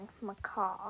macaw